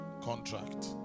contract